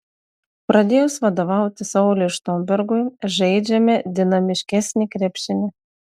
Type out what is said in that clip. pradėjus vadovauti sauliui štombergui žaidžiame dinamiškesnį krepšinį